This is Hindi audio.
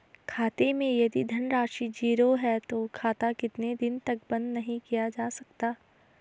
खाते मैं यदि धन राशि ज़ीरो है तो खाता कितने दिन तक बंद नहीं किया जा सकता?